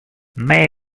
may